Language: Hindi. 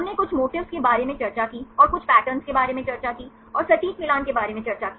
हमने कुछ मोटिफ्स के बारे में चर्चा की और कुछ पैटर्न के बारे में चर्चा की और सटीक मिलान के बारे में चर्चा की